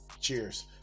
cheers